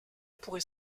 pourrait